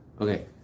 Okay